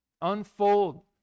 unfold